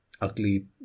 ugly